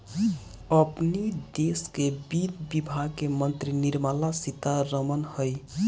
अपनी देस के वित्त विभाग के मंत्री निर्मला सीता रमण हई